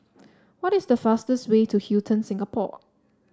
what is the fastest way to Hilton Singapore